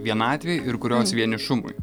vienatvei ir kurios vienišumui